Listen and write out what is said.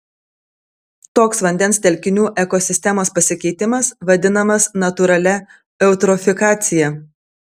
toks vandens telkinių ekosistemos pasikeitimas vadinamas natūralia eutrofikacija